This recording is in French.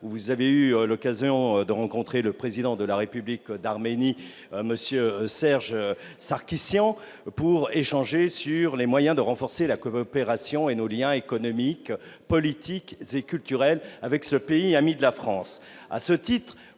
où vous avez eu l'occasion de rencontrer le président de la République d'Arménie, M. Serge Sarkissian, et de participer à des échanges sur les moyens de renforcer la coopération et nos liens économiques, politiques et culturels avec ce pays ami de la France.